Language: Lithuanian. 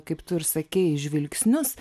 kaip tu ir sakei žvilgsnius